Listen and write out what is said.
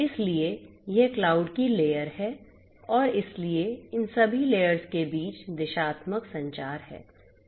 इसलिए यह क्लाउड की लेयर है और इसलिए इन सभी लेयर्स के बीच दिशात्मक संचार है